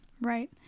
right